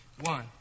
One